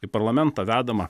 į parlamentą vedama